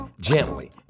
gently